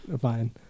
Fine